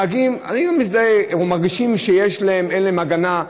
נהגים, אני גם מזדהה, מרגישים שאין להם הגנה?